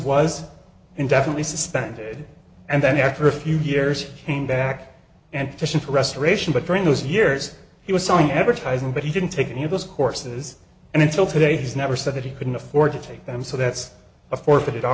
was indefinitely suspended and then after a few years came back and fishing for restoration but during those years he was selling advertising but he didn't take any of those courses and until today he's never said that he couldn't afford to take them so that's a forfeit all